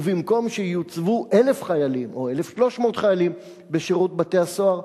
ובמקום שיוצבו 1,000 חיילים או 1,300 חיילים בשירות בתי-הסוהר,